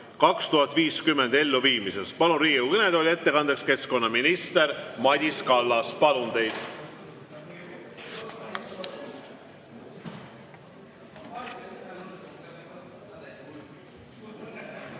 2050" elluviimisest. Palun Riigikogu kõnetooli ettekandeks keskkonnaminister Madis Kallase. Palun teid!